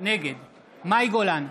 נגד מאי גולן,